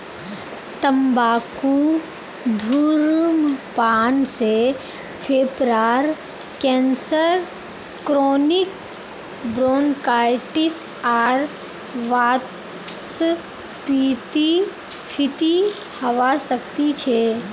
तंबाकू धूम्रपान से फेफड़ार कैंसर क्रोनिक ब्रोंकाइटिस आर वातस्फीति हवा सकती छे